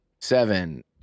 seven